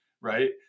right